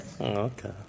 Okay